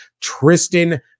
Tristan